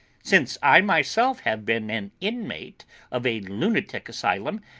since i myself have been an inmate of a lunatic asylum,